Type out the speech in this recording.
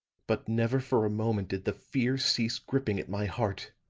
but never for a moment did the fear cease gripping at my heart.